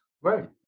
right